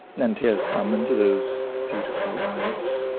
and tears come into those beautiful eyes,